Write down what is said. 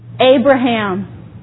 Abraham